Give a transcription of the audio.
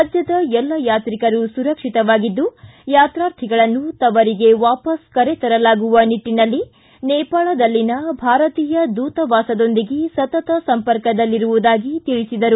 ರಾಜ್ಞದ ಎಲ್ಲ ಯಾತ್ರಿಕರು ಸುರಕ್ಷಿತವಾಗಿದ್ದು ಯಾತ್ರಾರ್ಥಿಗಳನ್ನು ತವರಿಗೆ ವಾಪಸ್ ಕರೆ ತರಲಾಗುವುದು ಈ ನಿಟ್ಟನಲ್ಲಿ ನೇಪಾಳದಲ್ಲಿನ ಭಾರತೀಯ ದೂತವಾಸದೊಂದಿಗೆ ಸತತ ಸಂಪರ್ಕದಲ್ಲಿರುವುದಾಗಿ ತಿಳಿಸಿದರು